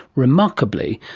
remarkably,